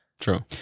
True